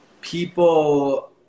people